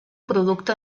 producte